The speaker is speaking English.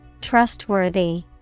trustworthy